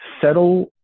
settle